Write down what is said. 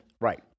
Right